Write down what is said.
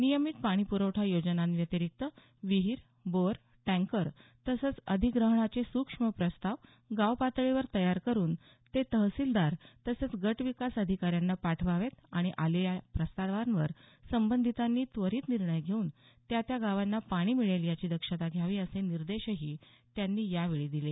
नियमित पाणी प्रवठा योजनां व्यतिरिक्त विहीर बोअर टँकर तसंच अधिग्रहणाचे सूक्ष्म प्रस्ताव गाव पातळीवर तयार करुन ते तहसिलदार तसंच गट विकास अधिकाऱ्यांना पाठवावेत आणि आलेल्या प्रस्तावावर संबंधितांनी त्वरित निर्णय घेऊन त्या त्या गावांना पाणी मिळेल याचीदक्षता घ्यावी असे निर्देशही त्यांनी यावेळी दिले